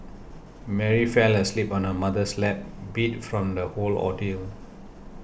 Mary fell asleep on her mother's lap beat from the whole ordeal